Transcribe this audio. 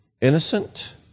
innocent